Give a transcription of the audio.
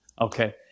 Okay